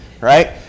right